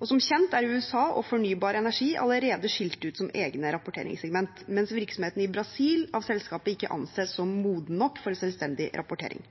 og som kjent er USA og fornybar energi allerede skilt ut som egne rapporteringssegment, mens virksomheten i Brasil av selskapet ikke anses som moden nok for selvstendig rapportering.